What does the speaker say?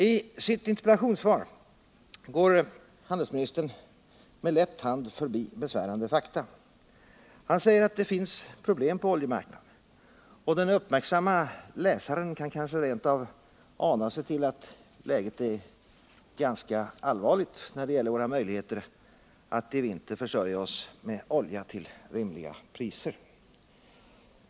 I sitt interpellationssvar går handelsministern med lätt hand förbi besvärande fakta. Han säger att det finns problem på oljemarknaden, och den uppmärksamme läsaren kan kanske rent av ana sig till att läget är ganska allvarligt när det gäller våra möjligheter att i vinter försörja oss med olja till rimliga priser.